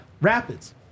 Rapids